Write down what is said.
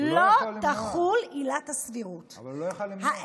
זה בלתי חוקי.